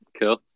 Cool